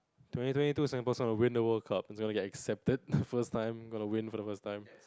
twenty twenty two Singapore's gonna win the World Cup it's gonna get accepted first time gonna win for the first time